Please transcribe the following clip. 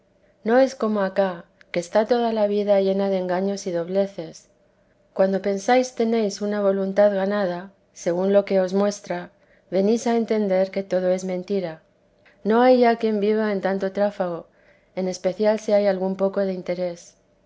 no es como acá que está toda la vida llena de engaños y dobleces cuando pensáis tenéis una voluntad ganada según lo que os muestra venís a entender que todo es mentira no hay ya quien viva en tanto tráfago en especial si hay algún poco de interés